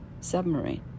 submarine